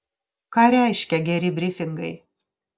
ką reiškia geri brifingai